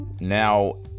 now